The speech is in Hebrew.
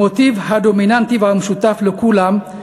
המוטיב הדומיננטי והמשותף לכולם,